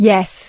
Yes